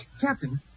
Captain